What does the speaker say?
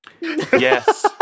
Yes